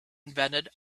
invented